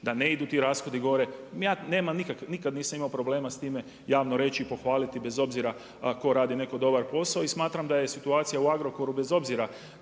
da ne idu ti rashodi gore. Ja nikada nisam imao problema s time javno reći i pohvaliti bez obzira tko radi neki dobar posao i smatram da je situacija u Agrokoru, bez obzira